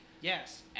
Yes